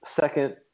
Second